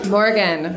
Morgan